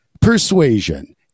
persuasion